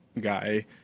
guy